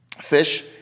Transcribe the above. fish